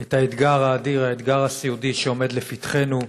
את האתגר האדיר, האתגר הסיעודי שעומד לפתחנו.